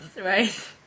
right